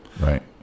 Right